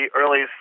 early